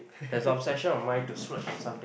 there's obsession on mind to splurge on something